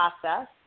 process